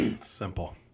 simple